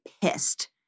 pissed